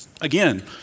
Again